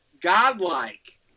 godlike